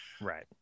Right